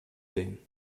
sehen